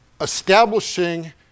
establishing